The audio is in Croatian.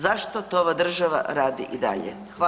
Zašto to ova država radi i dalje?